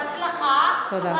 בהצלחה,